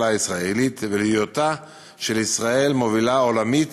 הישראלית ולהיותה של ישראל מובילה עולמית